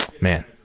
man